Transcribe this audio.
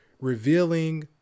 revealing